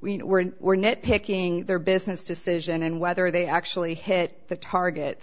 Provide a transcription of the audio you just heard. we were were nit picking their business decision and whether they actually hit the target